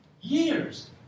years